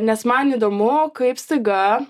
nes man įdomu kaip staiga